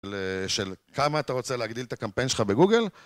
של כמה אתה רוצה להגדיל את הקמפיין שלך בגוגל